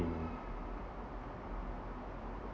~we